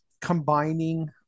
combining